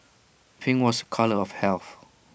pink was A colour of health